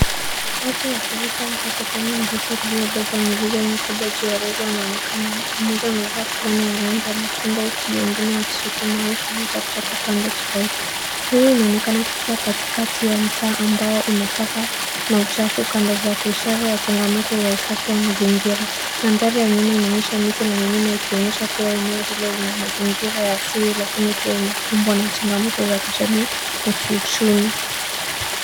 Watu wakivuta mkokoteni mzito uliobeba mzigo mkubwa juu ya reli wanaonekana, mtu mmoja amevaa fulana ya rangi ya machungwa, huku mwingine akisukuma au kuvuta kutoka pande tofauti. Reli inaonekana kupita katikati ya mtaa ambao unataka na uchafu kando zake, ishara ya changamoto za usafi wa mazingira. Mandhari ya nyuma inaonyesha miti na mimea, ikionyesha kuwa eneo hilo lina mazingira ya asili, lakini pia inakumbwa na changamoto za kijamii na kiuchumi.